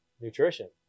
nutrition